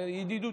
זה ידידותי,